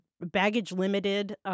baggage-limited